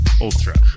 Ultra